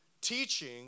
teaching